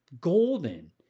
golden